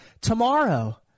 tomorrow